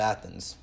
Athens